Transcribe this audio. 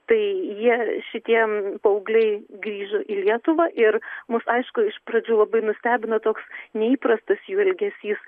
tai jie šitie paaugliai grįžo į lietuvą ir mus aišku iš pradžių labai nustebino toks neįprastas jų elgesys